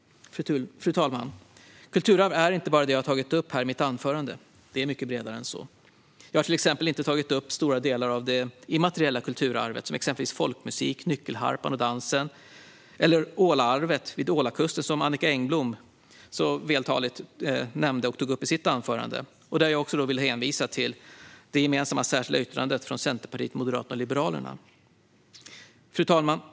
Fru talman! Kulturarv är inte bara det som jag tagit upp här i mitt anförande. Det är mycket bredare än så. Jag har till exempel inte tagit upp stora delar av det immateriella kulturarvet, exempelvis folkmusiken, nyckelharpan och dansen eller Ålarvet vid Ålakusten, som Annicka Engblom så vältaligt tog upp i sitt anförande. Där vill jag hänvisa till det gemensamma särskilda yttrandet från Centerpartiet, Moderaterna och Liberalerna. Fru talman!